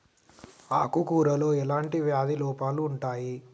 ఆకు కూరలో ఎలాంటి వ్యాధి లోపాలు ఉంటాయి?